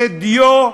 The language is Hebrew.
זה דיו,